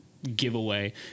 Giveaway